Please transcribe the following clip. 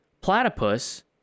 Platypus